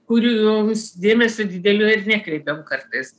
kurioms dėmesio didelio ir nekreipiam kartais